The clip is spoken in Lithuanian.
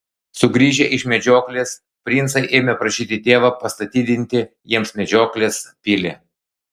sugrįžę iš medžioklės princai ėmė prašyti tėvą pastatydinti jiems medžioklės pilį